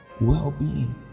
well-being